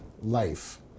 life